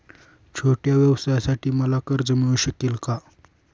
छोट्या व्यवसायासाठी मला कर्ज मिळू शकेल का?